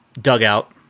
dugout